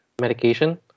medication